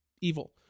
evil